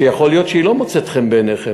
שיכול להיות שהיא לא מוצאת חן בעיניכם,